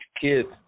kids